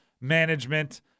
management